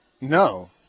No